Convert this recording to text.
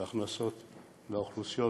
וההכנסות לאוכלוסיות